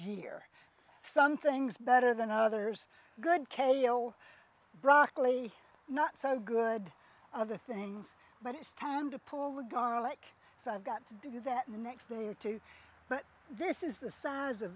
year some things better than others good kayo broccoli not so good other things but it's time to pull the garlic so i've got to do that the next day or two but this is the size